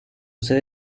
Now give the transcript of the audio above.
sede